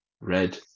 red